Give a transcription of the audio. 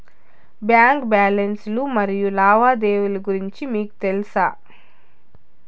Bank balance లు మరియు లావాదేవీలు గురించి మీకు తెల్సా?